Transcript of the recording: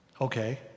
Okay